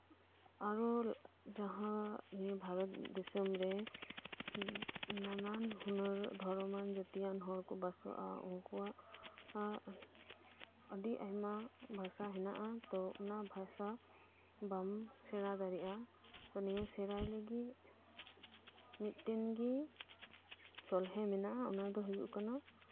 ᱟᱨᱳ ᱡᱟᱦᱟᱸ ᱱᱤᱭᱟᱹ ᱵᱷᱟᱨᱚᱛ ᱫᱤᱥᱟᱹᱢ ᱨᱮ ᱱᱟᱱᱟᱱ ᱦᱩᱱᱟᱹᱨ ᱫᱷᱚᱨᱚᱢᱟᱱ ᱡᱟᱹᱛᱤᱭᱟᱱ ᱦᱚᱲᱠᱩ ᱵᱟᱥᱚᱜ ᱟ ᱩᱱᱠᱩᱣᱟᱜ ᱟᱹᱰᱤ ᱟᱭᱢᱟ ᱵᱷᱟᱥᱟ ᱦᱮᱱᱟᱜ ᱟ ᱛᱚ ᱚᱱᱟ ᱵᱷᱟᱥᱟ ᱵᱟᱢ ᱥᱮᱬᱟ ᱫᱟᱲᱤᱜ ᱟ ᱱᱤᱭᱟᱹ ᱥᱮᱬᱟᱭ ᱞᱟᱹᱜᱤᱫ ᱢᱤᱫᱴᱮᱱ ᱜᱤ ᱥᱚᱞᱦᱮ ᱢᱮᱱᱟᱜ ᱟ ᱚᱱᱟᱫᱚ ᱦᱩᱭᱩᱜ ᱠᱟᱱᱟ